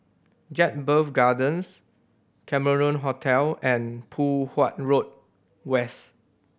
Jedburgh Gardens Cameron Hotel and Poh Huat Road West